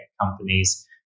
companies